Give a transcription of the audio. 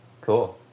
Cool